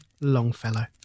Longfellow